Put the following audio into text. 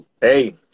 Hey